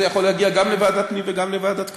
זה יכול להגיע גם לוועדת פנים וגם לוועדת כלכלה.